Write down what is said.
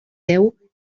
deu